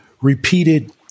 repeated